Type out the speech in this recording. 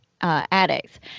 addicts